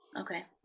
Okay